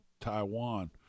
Taiwan